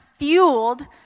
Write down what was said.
fueled